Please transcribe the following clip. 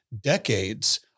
decades